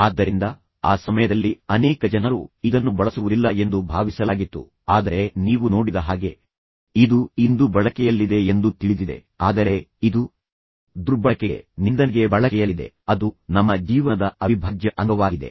ಆದ್ದರಿಂದ ಆ ಸಮಯದಲ್ಲಿ ಅನೇಕ ಜನರು ಇದನ್ನು ಬಳಸುವುದಿಲ್ಲ ಎಂದು ಭಾವಿಸಲಾಗಿತ್ತು ಆದರೆ ನೀವು ನೋಡಿದ ಹಾಗೆ ಇದು ಇಂದು ಬಳಕೆಯಲ್ಲಿದೆ ಎಂದು ತಿಳಿದಿದೆ ಆದರೆ ಇದು ದುರ್ಬಳಕೆಗೆ ನಿಂದನೆಗೆ ಬಳಕೆಯಲ್ಲಿದೆ ಮತ್ತು ನಂತರ ಅದು ನಮ್ಮ ಜೀವನದ ಅವಿಭಾಜ್ಯ ಅಂಗವಾಗಿದೆ